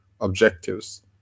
objectives